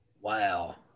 wow